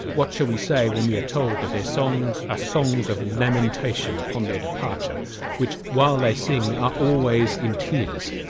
what shall we say when we are told that their songs are songs of lamentation upon their departure which, while they sing, are always in tears,